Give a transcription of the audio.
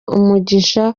umugisha